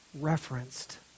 referenced